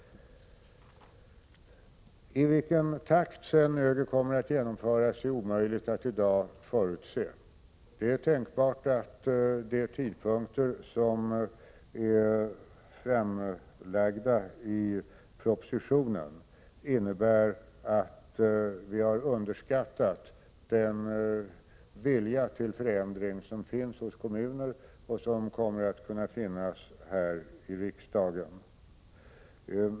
I vilken takt ÖGY-reformen kommer att genomföras är omöjligt att i dag förutse. Det är tänkbart att de tidpunkter som anges i propositionen innebär att vi har underskattat den vilja till förändring som finns hos kommunerna och som kommer att kunna finnas här i riksdagen.